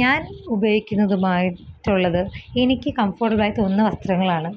ഞാന് ഉപയോഗിക്കുന്നതുമായിട്ടുള്ളത് എനിക്ക് കംഫോട്ടബിളായി തോന്നുന്ന വസ്ത്രങ്ങളാണ്